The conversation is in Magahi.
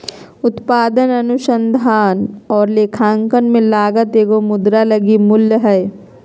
उत्पादन अनुसंधान और लेखांकन में लागत एगो मुद्रा लगी मूल्य हइ